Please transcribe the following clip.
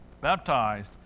baptized